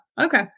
okay